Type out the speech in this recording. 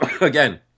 again